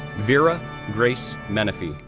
vera grace menafee,